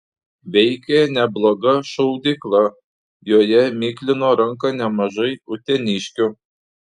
veikė nebloga šaudykla joje miklino ranką nemažai uteniškių